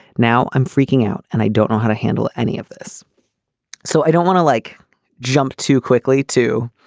now i'm freaking out and i don't know how to handle any of this so i don't want to like jump too quickly too.